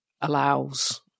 allows